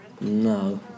No